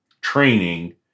training